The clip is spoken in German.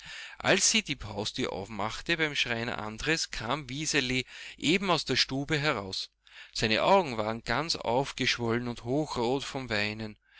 als sie die haustür aufmachte beim schreiner andres kam wiseli eben aus der stube heraus seine augen waren ganz aufgeschwollen und hochrot vom weinen